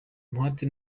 umuhate